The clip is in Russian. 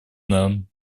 нам